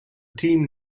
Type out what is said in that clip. team